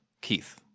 Keith